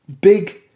big